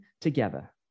together